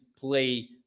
play